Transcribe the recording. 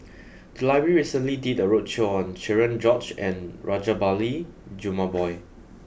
the library recently did a roadshow on Cherian George and Rajabali Jumabhoy